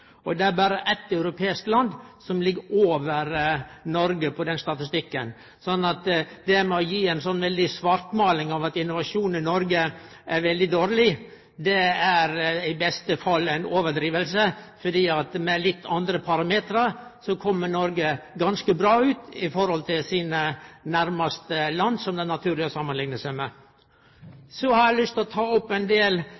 Det er berre eitt europeisk land som ligg over Noreg på den statistikken. Så det å gi ei sånn svartmåling, at innovasjonen i Noreg er veldig dårleg, er i beste fall ei overdriving, for med litt andre parametrar kjem Noreg ganske bra ut i forhold til dei landa som det er naturleg å samanlikne seg